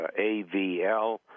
AVL